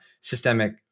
systemic